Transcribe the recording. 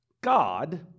God